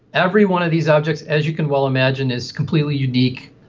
every one of these objects, as you can well imagine, is completely unique.